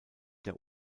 der